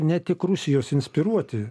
ne tik rusijos inspiruoti